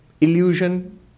illusion